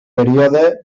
període